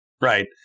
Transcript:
right